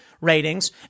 ratings